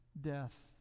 death